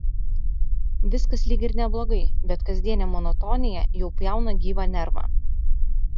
viskas lyg ir neblogai bet kasdienė monotonija jau pjauna gyvą nervą